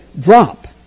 drop